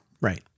Right